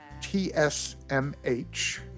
tsmh